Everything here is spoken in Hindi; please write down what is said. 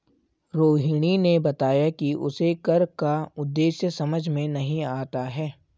रोहिणी ने बताया कि उसे कर का उद्देश्य समझ में नहीं आता है